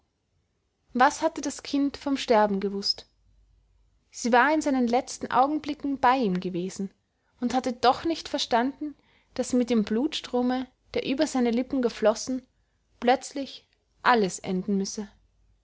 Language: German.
was hatte das kind vom sterben gewußt sie war in seinen letzten augenblicken bei ihm gewesen und hatte doch nicht verstanden daß mit dem blutstrome der über seine lippen geflossen plötzlich alles enden müsse